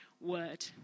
word